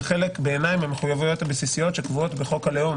זה חלק בעיניי מהמחויבויות הבסיסיות שקבועות בחוק הלאום